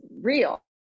real